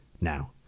Now